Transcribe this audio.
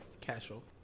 Casual